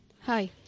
hi